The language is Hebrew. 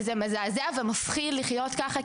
וזה מזעזע ומפחיד לחיות ככה,